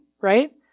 right